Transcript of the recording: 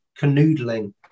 canoodling